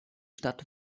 stadt